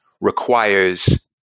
requires